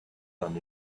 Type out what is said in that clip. than